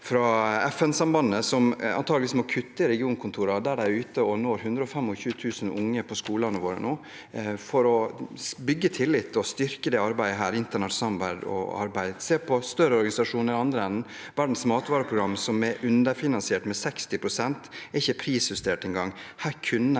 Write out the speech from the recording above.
om FN-sambandet, som antakelig må kutte antall regionkontorer. De er ute og når 125 000 unger på skolene våre, for å bygge tillit og å styrke internasjonalt samarbeid og arbeid. Se på større organisasjoner i den andre enden – Verdens matvareprogram, som er underfinansiert med 60 pst., er ikke prisjustert en gang.